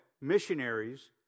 missionaries